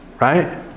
Right